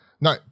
No